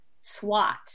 SWAT